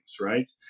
right